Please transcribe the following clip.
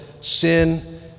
sin